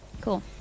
Cool